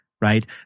right